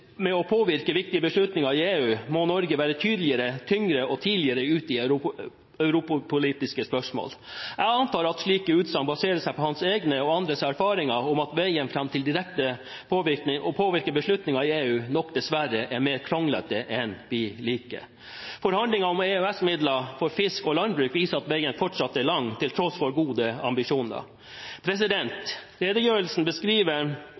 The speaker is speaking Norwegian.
med å påvirke viktige beslutninger i EU, må Norge være tydeligere, tyngre og tidligere ute i europapolitiske spørsmål. Jeg antar at slike utsagn baserer seg på hans egne og andres erfaringer om at veien fram til direkte å påvirke beslutninger i EU nok dessverre er mer kronglete enn vi liker. Forhandlingene om EØS-midler, fiske og landbruk viser at veien fortsatt er lang, til tross for gode ambisjoner. Redegjørelsen beskriver